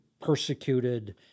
persecuted